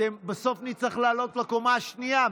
בסוף נצטרך לעלות לקומה השנייה,